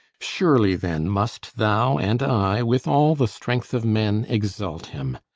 surely then must thou and i with all the strength of men exalt him.